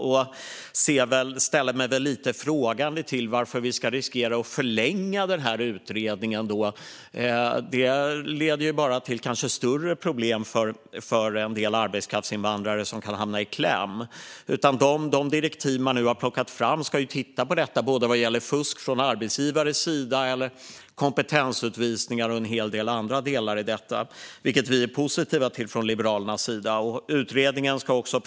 Jag ställer mig lite frågande till att vi ska riskera att förlänga utredningen. Det kanske bara leder till större problem för en del arbetskraftsinvandrare som kan handla i kläm. De direktiv man nu har plockat fram ska titta på detta. Det gäller fusk från arbetsgivares sida, kompetensutvisningar och en hel del annat. Detta är vi i Liberalerna positiva till.